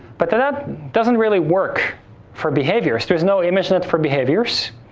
but that doesn't really work for behaviors. there's no image net for behaviors,